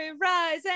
rise